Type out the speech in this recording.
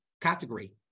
category